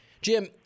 Jim